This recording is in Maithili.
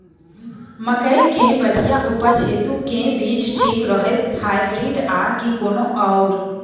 मकई केँ बढ़िया उपज हेतु केँ बीज ठीक रहतै, हाइब्रिड आ की कोनो आओर?